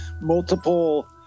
multiple